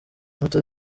moto